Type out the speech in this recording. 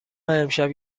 امشب